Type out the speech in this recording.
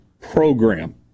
program